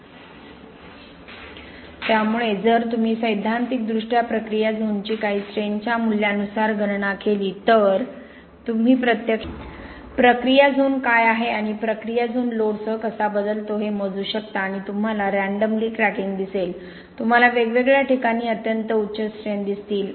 -त्यामुळे जर तुम्ही सैद्धांतिकदृष्ट्या प्रक्रिया झोनची काही स्ट्रैनच्या मूल्यानुसार गणना केली तर तुम्ही प्रत्यक्षात प्रक्रिया झोन काय आहे आणि प्रक्रिया झोन लोडसह कसा बदलतो हे मोजू शकता आणि तुम्हाला रँडमली क्रॅकिंग दिसेल तुम्हाला वेगवेगळ्या ठिकाणी अत्यंत उच्च स्ट्रेन दिसतील